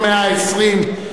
כל ה-120,